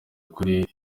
kuri